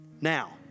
Now